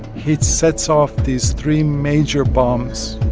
he sets off these three major bombs,